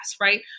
right